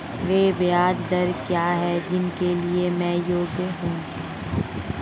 वे ब्याज दरें क्या हैं जिनके लिए मैं योग्य हूँ?